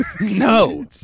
No